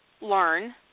learn